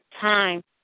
time